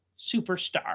superstar